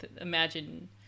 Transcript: imagine